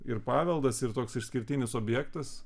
ir paveldas ir toks išskirtinis objektas